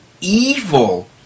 evil